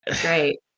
Great